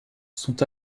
sont